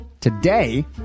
Today